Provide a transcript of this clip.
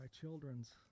children's